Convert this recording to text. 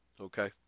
okay